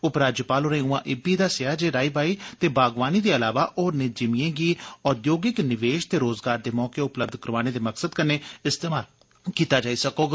उपराज्यपाल होरें उआ इब्बी दस्सेया जे राई बाई ते बागवानी दे इलावा होरने जिमीयें गी उद्योगिक निवेश ते रोजगार दे मौके उपलब्ध करोआने दे मकसद कन्नै इस्तमाल कीता जाई सकोग